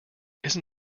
isn’t